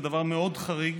זה דבר מאוד חריג